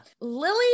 Lily